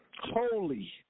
holy